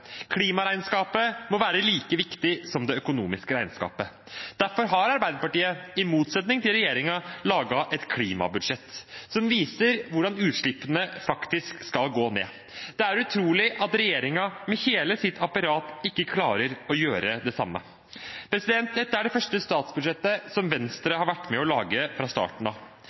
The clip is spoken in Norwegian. Klimaregnskapet må være like viktig som det økonomiske regnskapet. Derfor har Arbeiderpartiet – i motsetning til regjeringen – laget et klimabudsjett som viser hvordan utslippene faktisk skal gå ned. Det er utrolig at regjeringen, med hele sitt apparat, ikke klarer å gjøre det samme. Dette er det første statsbudsjettet Venstre har vært med på å lage fra starten av.